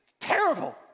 Terrible